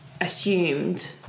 assumed